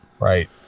Right